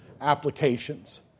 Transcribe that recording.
applications